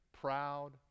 proud